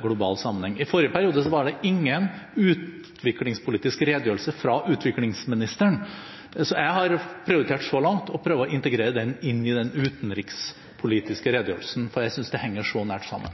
global sammenheng. I forrige periode var det ingen utviklingspolitisk redegjørelse fra utviklingsministeren. Jeg har så langt prioritert å prøve å integrere den i den utenrikspolitiske redegjørelsen, for jeg synes det henger så nært sammen.